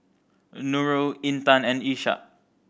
Nurul Intan and Ishak